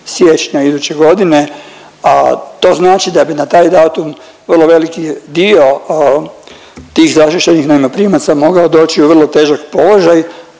siječnja iduće godine, a to znači da bi na taj datum vrlo veliki dio tih zaštićenih najmoprimaca mogao doći u vrlo težak položaj,